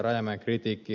yhdyn ed